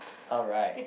alright